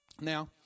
Now